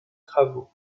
travaux